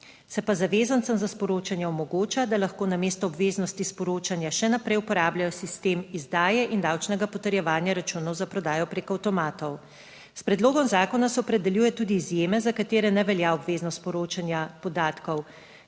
Se pa zavezancem za sporočanje omogoča, da lahko namesto obveznosti sporočanja še naprej uporabljajo sistem izdaje in davčnega potrjevanja računov za prodajo preko avtomatov. S predlogom zakona se opredeljuje tudi izjeme za katere ne velja obveznost sporočanja podatkov.